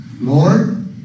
Lord